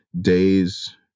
days